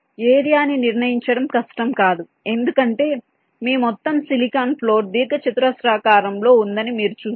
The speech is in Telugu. ఏరియా ని నిర్ణయించడం కష్టం కాదు ఎందుకంటే మీ మొత్తం సిలికాన్ ఫ్లోర్ దీర్ఘచతురస్రాకారంలో ఉందని మీరు చూస్తారు